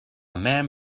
man